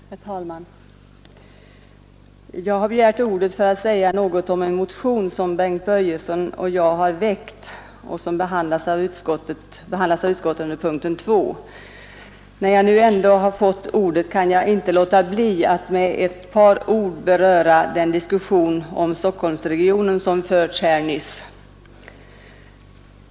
Herr talman! Jag har begärt ordet för att säga något om den motion som Bengt Börjesson och jag har väckt och som behandlats av utskottet under punkten 2. När jag nu fått ordet, kan jag inte låta bli att med ett par ord beröra den diskussion om Stockholmsregionen som nyss förts här.